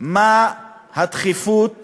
מה הדחיפות